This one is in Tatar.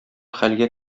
хәлгә